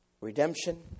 Redemption